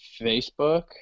Facebook